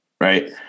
right